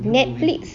Netflix